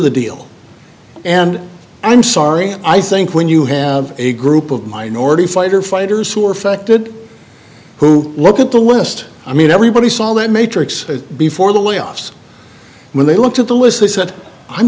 the deal and i'm sorry i think when you have a group of minority fighter fighters who are affected who look at the list i mean everybody saw that matrix before the layoffs when they looked at the list they said i'm